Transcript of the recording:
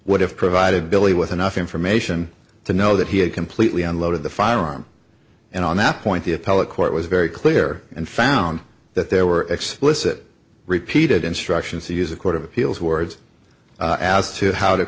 would have provided billy with enough information to know that he had completely unloaded the firearm and on that point the appellate court was very clear and found that there were explicit repeated instructions to use a court of appeals words as to how to